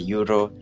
Euro